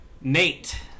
Nate